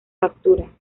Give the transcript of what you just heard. captura